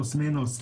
פלוס-מינוס.